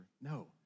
No